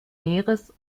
meeres